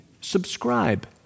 subscribe